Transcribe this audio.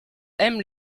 aiment